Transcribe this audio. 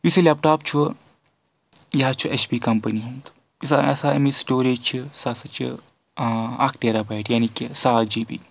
یُس یہِ laptop چھُ یہِ حظ چھُ ایچ پی کَمپٔنی ہُنٛد یُس ہَسا اَمِچ سٹوریج چھِ سُہ ہَسا چھِ اَکھ ٹیرا بایٹ یعنے کہِ ساس جی بی